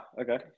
okay